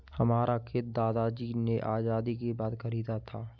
हमारा खेत दादाजी ने आजादी के बाद खरीदा था